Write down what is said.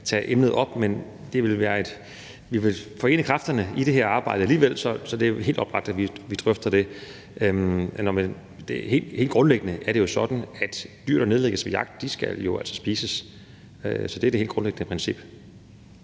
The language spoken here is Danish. tage emnet op. Men vi vil forene kræfterne i det her arbejde alligevel, så det er helt oplagt, at vi drøfter det. Helt grundlæggende er det jo sådan, at dyr, der nedlægges ved jagt, altså skal spises. Så det er det helt grundlæggende princip.